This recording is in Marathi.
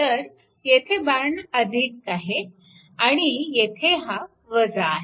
तर येथे बाण आहे आणि येथे हा आहे